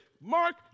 Mark